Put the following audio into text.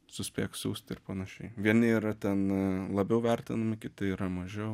suspėk siųst ir panašiai vieni yra ten labiau vertinami kiti yra mažiau